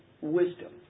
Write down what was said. wisdom